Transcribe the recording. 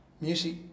Music